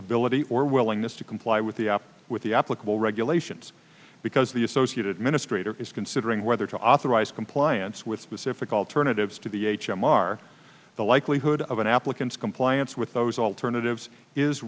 ability or willingness to comply with the op with the applicable regulations because the associated ministry there is considering whether to authorize compliance with specific alternatives to the h m r the likelihood of an applicant's compliance with those alternatives is